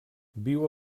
viu